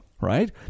right